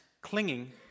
clinging